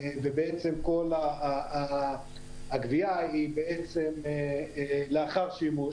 ובעצם כל הגביה היא לאחר שימוש,